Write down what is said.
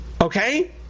Okay